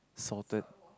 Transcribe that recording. salted